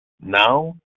Now